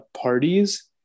parties